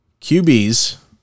QBs